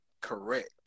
correct